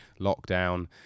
lockdown